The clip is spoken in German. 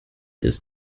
ist